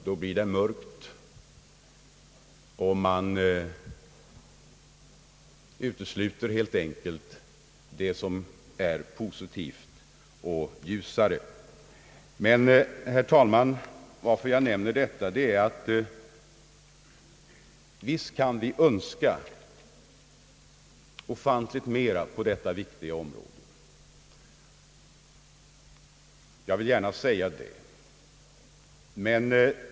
Då blir bilden mörk och man utesluter helt enkelt det som är positivt och ljusare. Men, herr talman, att jag nämner detta beror på att även jag anser, att visst kan man önska mycket mera på detta viktiga område.